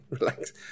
relax